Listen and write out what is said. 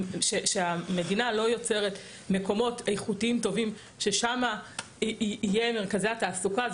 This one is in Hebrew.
כשהמדינה לא יוצרת מקומות איכותיים טובים ששם יהיו מרכזי תעסוקה אז